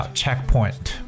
checkpoint